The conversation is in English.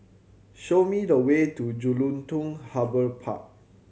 show me the way to Jelutung Harbour Park